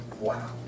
Wow